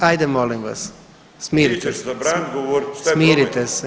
Hajde molim vas smirite se. … [[Upadica Bulj: … govornik se ne razumije.]] Smirite se.